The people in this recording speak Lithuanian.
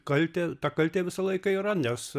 kaltę ta kaltė visą laiką yra nes